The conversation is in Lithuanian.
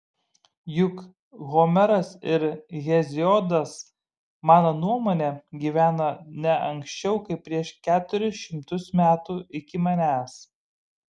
juk homeras ir heziodas mano nuomone gyveno ne anksčiau kaip prieš keturis šimtus metų iki manęs